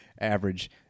average